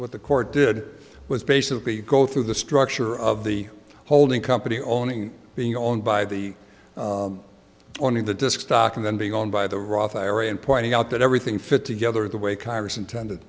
what the court did was basically go through the structure of the holding company owning being owned by the owning the disc stock and then being owned by the roth ira and pointing out that everything fit together the way congress intended